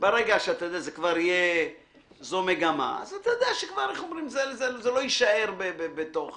ברגע שזו כבר מגמה אז אתה יודע שזה לא יישאר בתוך